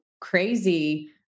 crazy